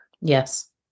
Yes